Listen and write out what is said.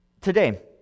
Today